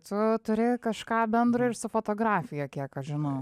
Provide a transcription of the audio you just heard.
tu turi kažką bendro ir su fotografija kiek aš žinau